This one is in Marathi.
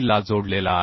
ला जोडलेला आहे